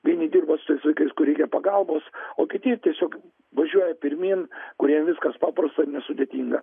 vieni dirba su tais vaikais kur reikia pagalbos o kiti tiesiog važiuoja pirmyn kuriem viskas paprasta ir nesudėtinga